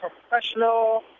professional